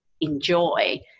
enjoy